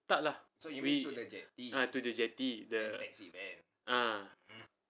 tak lah he ah to the jetty the ah